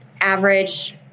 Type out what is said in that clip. average